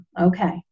Okay